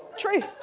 tree.